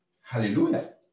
Hallelujah